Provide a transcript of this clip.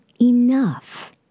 enough